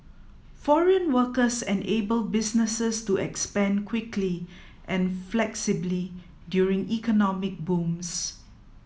foreign workers enable businesses to expand quickly and flexibly during economic booms